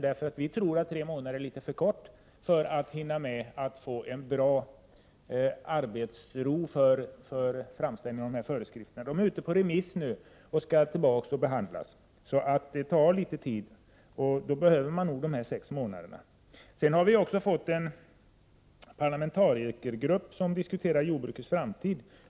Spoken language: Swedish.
Vi tror nämligen att tre månader är litet för kort tid för att hinna få arbetsro med framställningen av dessa föreskrifter. De är nu ute på remiss och skall sedan behandlas. Detta tar litet tid, och därför behövs nog dessa sex månader. Det har också tillsatts en parlamentarikergrupp som skall diskutera jordbrukets framtid.